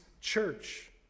church